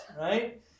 Right